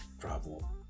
travel